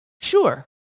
Sure